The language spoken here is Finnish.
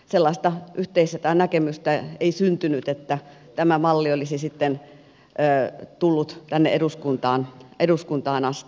sellaista yhteistä näkemystä ei syntynyt että tämä malli olisi sitten tullut tänne eduskuntaan asti